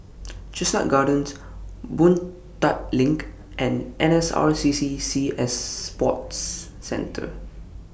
Chestnut Gardens Boon Tat LINK and N S R C C Sea Sports Centre